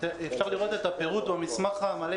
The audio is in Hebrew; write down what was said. אפשר לראות את הפירוט במסמך המלא,